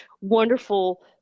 wonderful